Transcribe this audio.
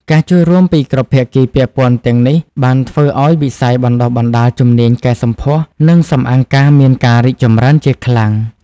ការចូលរួមពីគ្រប់ភាគីពាក់ព័ន្ធទាំងនេះបានធ្វើឱ្យវិស័យបណ្តុះបណ្តាលជំនាញកែសម្ផស្ស និងសម្អាងការមានការរីកចម្រើនជាខ្លាំង។